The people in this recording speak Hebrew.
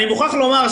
אני מוכרח לומר,